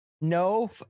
No